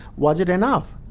was it enough?